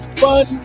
fun